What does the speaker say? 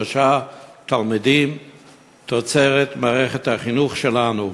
שלושה תלמידים תוצרת מערכת החינוך שלנו.